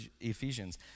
Ephesians